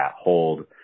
hold